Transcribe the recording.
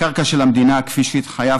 הקרקע של המדינה, כפי שהתחייבנו,